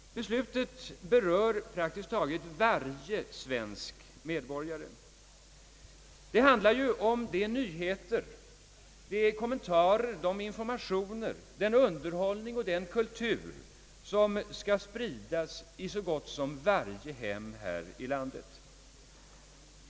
Beslutet i frågan berör praktiskt taget varje svensk medborgare — det handlar ju om de nyheter, kommentarer, informationer och den underhållning och den kultur som skall spridas i så gott som varje svenskt hem.